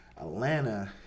Atlanta